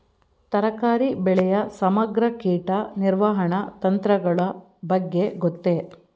ತರಕಾರಿ ಬೆಳೆಯ ಸಮಗ್ರ ಕೀಟ ನಿರ್ವಹಣಾ ತಂತ್ರಗಳ ಬಗ್ಗೆ ಗೊತ್ತೇ?